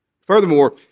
Furthermore